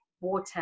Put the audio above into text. water